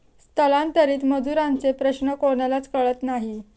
स्थलांतरित मजुरांचे प्रश्न कोणालाच कळत नाही